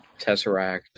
tesseract